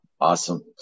Awesome